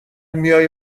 میای